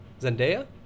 Zendaya